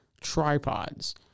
tripods